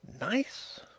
Nice